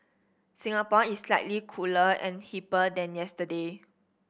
Singapore is slightly cooler and hipper than yesterday